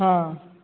ହଁ